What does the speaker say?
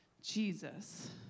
Jesus